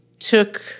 took